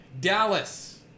Dallas